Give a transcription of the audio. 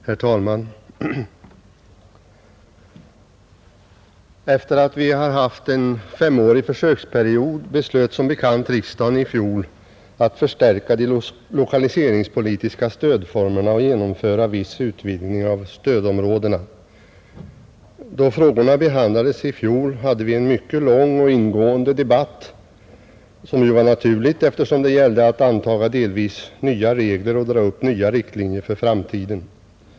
Herr talman! Efter det att vi haft en femårig försöksperiod beslöt som bekant riksdagen i fjol att förstärka de lokaliseringspolitiska stödformerna och genomföra viss utvidgning av stödområdena. Då frågorna behandlades i fjol hade vi en mycket lång och ingående debatt, vilket ju var naturligt eftersom det gällde att antaga delvis nya regler och dra upp riktlinjer för framtiden.